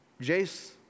Jace